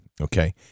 okay